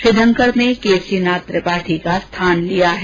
श्री धनखड़ ने केसरीनाथ त्रिपाठी का स्थान लिया है